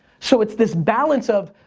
so it's this balance of,